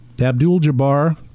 Abdul-Jabbar